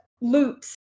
loops